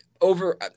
over